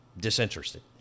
disinterested